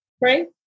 right